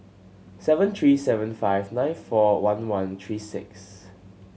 seven three seven five nine four one one three six